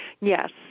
yes